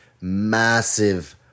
Massive